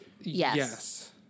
Yes